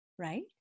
Right